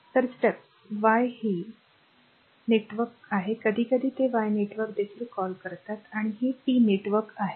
तर steps y हे network आहे कधीकधी ते y नेटवर्क देखील कॉल करतात आणि हे T नेटवर्क आहे